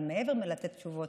אבל מעבר ללתת תשובות,